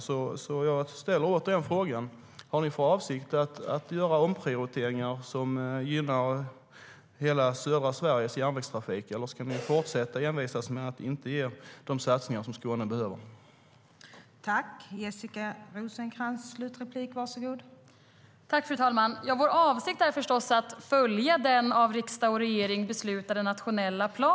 Jag ställer därför återigen frågan: Har ni för avsikt att göra omprioriteringar som gynnar hela södra Sveriges järnvägstrafik, eller ska ni fortsätta envisas med att inte göra de satsningar Skåne behöver?